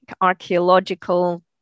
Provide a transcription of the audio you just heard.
archaeological